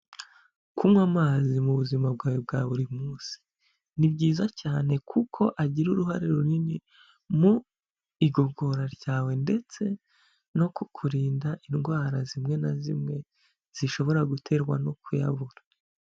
Kunywa amazi mu buzima bwawe bwa buri munsi, ni byiza cyane kuko agira uruhare runini mu igogora ryawe ndetse no kukurinda indwara zimwe na zimwe zishobora guterwa no kuyabura.